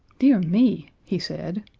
dear me, he said.